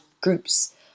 groups